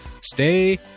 Stay